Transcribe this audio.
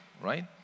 right